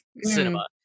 cinema